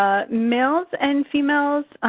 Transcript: ah males and females,